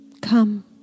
Come